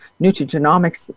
nutrigenomics